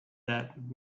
that